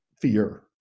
fear